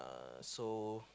uh so